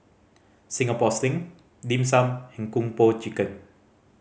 Singapore Sling Dim Sum and Kung Po Chicken